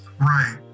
Right